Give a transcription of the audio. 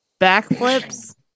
backflips